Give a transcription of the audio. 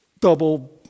double